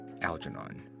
Algernon